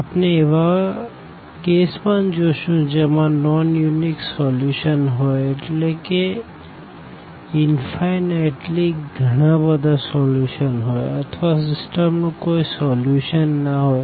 આપણે એવા કેસ પણ જોશું જેમાં નોન યુનિક સોલ્યુશન હોઈ એટલે કે ઇન્ફાઈનાઈટલી ગણા બધા સોલ્યુશન હોઈ અથવા સીસ્ટમ નું કોઈ સોલ્યુશન ના હોઈ